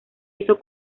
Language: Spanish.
hizo